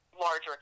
larger